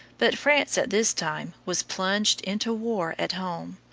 but france at this time was plunged into war at home,